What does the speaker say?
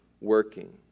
working